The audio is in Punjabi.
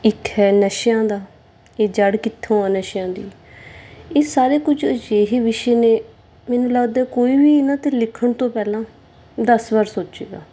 ਇੱਕ ਹੈ ਨਸ਼ਿਆਂ ਦਾ ਇਹ ਜੜ੍ਹ ਕਿੱਥੋਂ ਆ ਨਸ਼ਿਆਂ ਦੀ ਇਹ ਸਾਰੇ ਕੁਝ ਅਜਿਹੇ ਵਿਸ਼ੇ ਨੇ ਮੈਨੂੰ ਲੱਗਦਾ ਕੋਈ ਵੀ ਇਹਨਾਂ 'ਤੇ ਲਿਖਣ ਤੋਂ ਪਹਿਲਾਂ ਦਸ ਵਾਰ ਸੋਚੇਗਾ